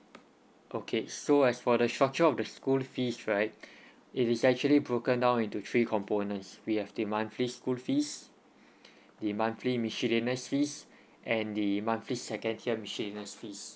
okay so as for the structure of the school fees right it is actually broken down into three components we have the monthly's school fees the monthly miscellaneous fees and the monthly second tier miscellaneous fees